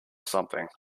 something